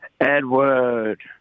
Edward